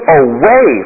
away